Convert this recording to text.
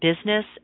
business